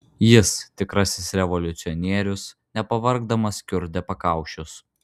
jis tikrasis revoliucionierius nepavargdamas kiurdė pakaušius